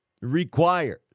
requires